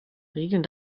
regeln